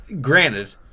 Granted